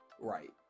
Right